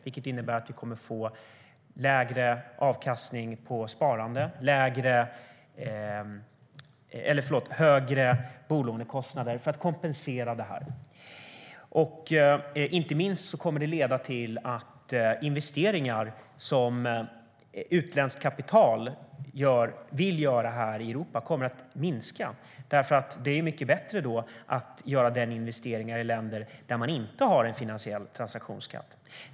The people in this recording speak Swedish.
Det innebär att vi kommer att få lägre avkastning på sparande och högre bolånekostnader för att kompensera detta. Inte minst kommer det att leda till att investeringar som utländskt kapital vill göra här i Europa kommer att minska. Det är mycket bättre att göra den investeringen i länder där man inte har en finansiell transaktionsskatt.